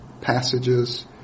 passages